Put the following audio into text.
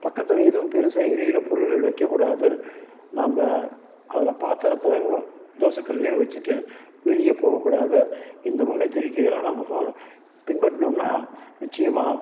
பக்கத்தில் எதுவும் பெருசாக எரிகிற பொருள்கள் வைக்கக்கூடாது நாம்ம அதில் பாத்திரத்தையோ தோசைக்கல்லையோ வச்சுட்டு வெளியே போகக்கூடாது இந்த முன்னெச்சரிக்கை எல்லாம் நம்ம ஃபாலோ பின்பற்றுனோம்னால் நிச்சயமாக